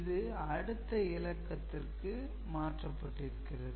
இது அடுத்த இலக்கத்துடன் மாற்றப்பட்டிருக்கிறது